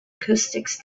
acoustics